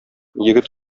егет